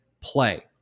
play